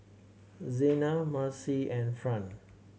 Zena Marcie and Fran